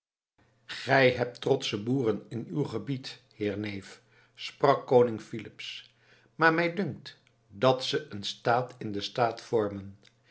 gij hebt trotsche boeren in uw gebied heer neef sprak koning filips maar mij dunkt dat ze een staat in den staat vormen